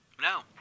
No